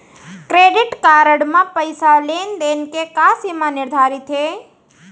Credit card म पइसा लेन देन के का सीमा निर्धारित हे?